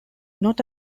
not